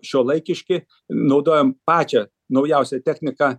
šiuolaikiški naudojam pačią naujausią techniką